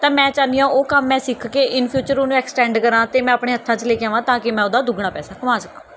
ਤਾਂ ਮੈਂ ਚਾਹੁੰਦੀ ਹਾਂ ਉਹ ਕੰਮ ਮੈਂ ਸਿੱਖ ਕੇ ਇਨ ਫਿਊਚਰ ਉਹਨੂੰ ਐਕਸਟੈਂਡ ਕਰਾਂ ਅਤੇ ਮੈਂ ਆਪਣੇ ਹੱਥਾਂ 'ਚ ਲੈ ਕੇ ਆਵਾਂ ਤਾਂ ਕਿ ਮੈਂ ਉਹਦਾ ਦੁੱਗਣਾ ਪੈਸਾ ਕਮਾ ਸਕਾਂ